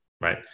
right